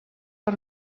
per